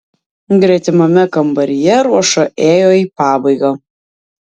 gretimame kambaryje ruoša ėjo į pabaigą